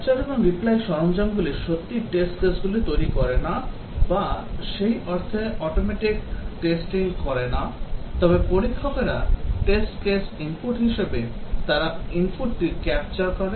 capture এবং replay সরঞ্জামগুলি সত্যিই test case গুলি তৈরি করে না বা সেই অর্থে automatic testing করে না তবে পরীক্ষকরা test case inputহিসাবে তারা input টি ক্যাপচার করে